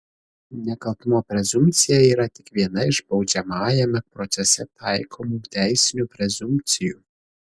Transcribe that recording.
nekaltumo prezumpcija yra tik viena iš baudžiamajame procese taikomų teisinių prezumpcijų